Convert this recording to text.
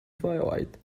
twilight